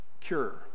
cure